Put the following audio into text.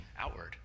outward